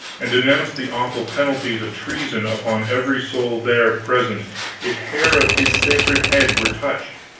and denounced the awful penalties of treason upon every soul there present if hair of his sacred head were touched.